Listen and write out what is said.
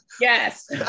yes